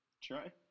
Try